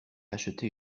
acheté